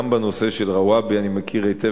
גם את הנושא של רוואבי אני מכיר היטב,